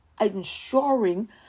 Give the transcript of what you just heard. ensuring